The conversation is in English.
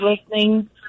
listening